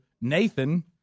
Nathan